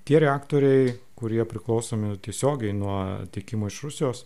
tie reaktoriai kurie priklausomi tiesiogiai nuo tiekimo iš rusijos